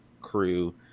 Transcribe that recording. crew